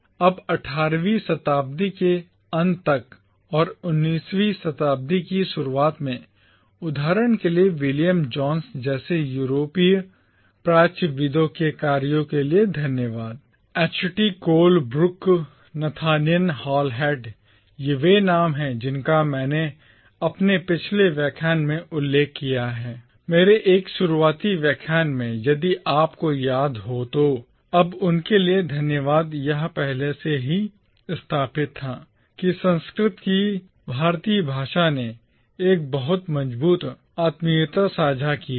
अब 18 वीं शताब्दी के अंत तक और 19 वीं शताब्दी की शुरुआत में उदाहरण के लिए विलियम जोन्स जैसे यूरोपीय प्राच्यविदों के कार्यों के लिए धन्यवाद एचटी कोलब्रुक नथानिएल हालहेड ये वे नाम हैं जिनका मैंने अपने पिछले व्याख्यान में उल्लेख किया है मेरे एक शुरुआती व्याख्यान में यदि आपको याद हो तो अब उनके लिए धन्यवाद यह पहले से ही स्थापित था कि संस्कृत की भारतीय भाषा ने एक बहुत मजबूत आत्मीयता साझा की है